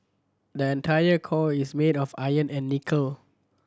the entire core is made of iron and nickel